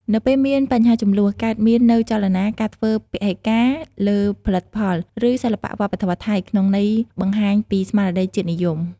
នៅពេលមានបញ្ហាជម្លោះ កើតមាននូវចលនា ការធ្វើពហិការ លើផលិតផល ឬសិល្បៈវប្បធម៌ថៃ ក្នុងន័យបង្ហាញពី ស្មារតីជាតិនិយម។